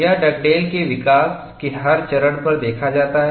यह डगडेल के विकास के हर चरण पर देखा जाता है